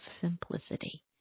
simplicity